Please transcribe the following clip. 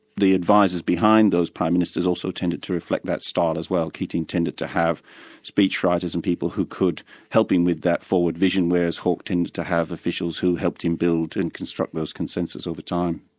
the advisers behind those prime ministers also tended to reflect that style as well. keating tended to have speechwriters and people who could help him with that forward vision, whereas hawke tended to have officials who helped him build and construct those consensuses over time.